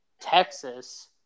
Texas